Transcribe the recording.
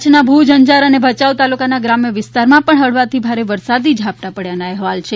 કચ્છના ભૂજ અંજાર અને ભચાઉ તાલુકાના ગ્રામ્ય વિસ્તારમાં પણ હળવાથી ભારે વરસાદી ઝાપટાં પડ્યાના અહેવાલ છે